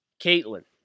Caitlin